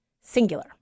singular